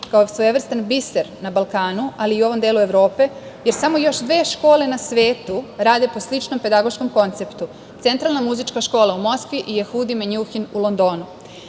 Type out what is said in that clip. kao svojevrstan biser na Balkanu, ali i ovom delu Evrope, jer samo još dve škole na svetu rade po sličnom pedagoškom konceptu, Centralna muzička škola u Moskvi i „Jehudi Menjuhin“ u